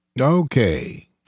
Okay